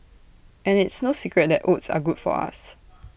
and it's no secret that oats are good for us